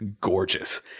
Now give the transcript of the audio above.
gorgeous